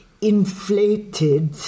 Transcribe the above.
inflated